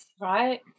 Right